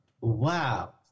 Wow